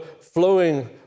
flowing